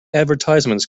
advertisements